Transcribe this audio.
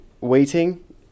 waiting